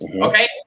Okay